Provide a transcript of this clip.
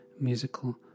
musical